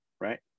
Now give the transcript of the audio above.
right